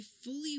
fully